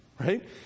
right